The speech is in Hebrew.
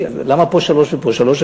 אז למה פה שלוש ופה שלוש?